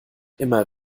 immer